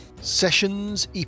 sessions